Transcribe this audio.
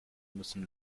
müssen